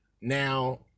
Now